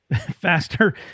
faster